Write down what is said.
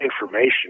information